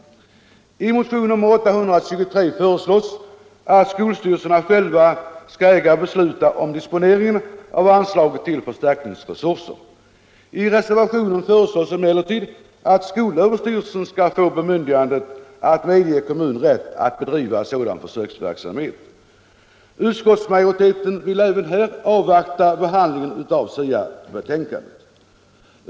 I motionen 823 föreslås att skolstyrelserna själva skall äga besluta om disponeringen av anslaget till förstärkningsresurser. I reservationen föreslås emellertid att skolöverstyrelsen skall få bemyndigande att medge kommun rätt att bedriva sådan försöksverksamhet. Utskottsmajoriteten vill även här avvakta behandlingen av SIA-betänkandet.